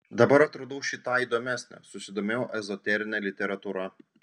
dabar atradau šį tą įdomesnio susidomėjau ezoterine literatūra